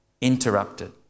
interrupted